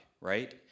right